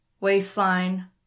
waistline